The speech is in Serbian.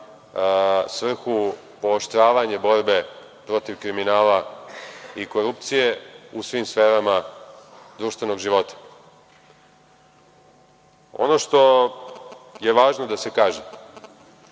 svrhu pooštravanje borbe protiv kriminala i korupcije u svim sferama društvenog života. Ono što je važno da se kaže,